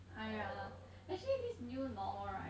!aiya! actually this new normal right